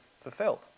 fulfilled